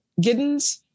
Giddens